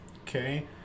Okay